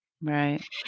Right